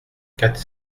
quatre